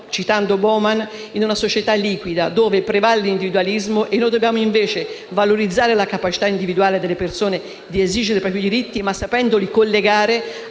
Grazie